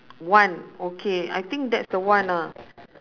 one okay I think that's the one ah